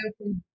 open